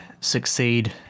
succeed